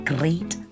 Great